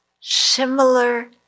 similar